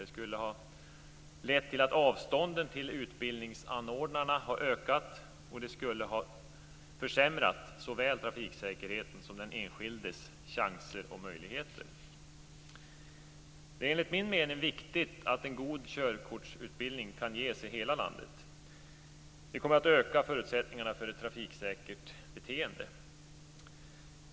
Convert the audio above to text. Det skulle ha lett till att avstånden till utbildningsanordnarna hade ökat, och det skulle ha försämrat såväl trafiksäkerheten som den enskildes chanser och möjligheter. Det är enligt min mening viktigt att en god körkortsutbildning kan ges i hela landet. Det kommer att öka förutsättningarna för ett trafiksäkert beteende.